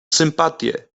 sympatię